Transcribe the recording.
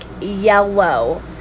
yellow